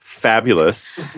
fabulous